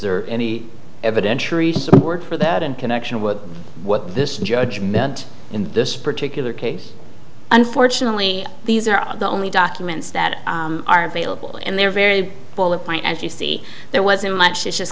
there any evidentiary support for that in connection with what this judge meant in this particular case unfortunately these are the only documents that are available and they're very full of point as you see there wasn't much it's just